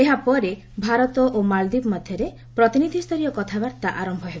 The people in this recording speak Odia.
ଏହା ପରେ ଭାରତ ଓ ମାଳଦୀପ ମଧ୍ୟରେ ପ୍ରତିନିଧି ସ୍ତରୀୟ କଥାବାର୍ତ୍ତା ଆରମ୍ଭ ହେବ